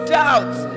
doubts